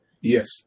Yes